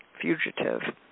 fugitive